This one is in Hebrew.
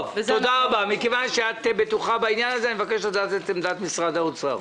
אני מבקש לדעת את עמדת משרד האוצר.